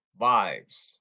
vibes